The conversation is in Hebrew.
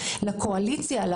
לקואליציה,